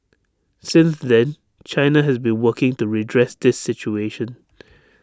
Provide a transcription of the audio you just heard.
since then China has been working to redress this situation